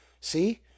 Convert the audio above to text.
See